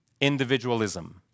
individualism